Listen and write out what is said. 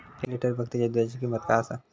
एक लिटर बकरीच्या दुधाची किंमत काय आसा?